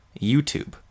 YouTube